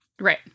Right